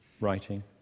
writing